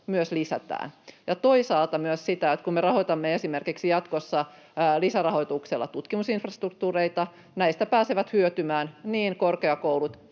myös lisätään, ja toisaalta myös sitä, että kun me esimerkiksi rahoitamme jatkossa lisärahoituksella tutkimusinfrastruktuureita, näistä pääsevät hyötymään niin korkeakoulut